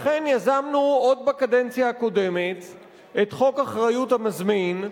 לכן יזמנו עוד בקדנציה הקודמת את חוק אחריות המזמין,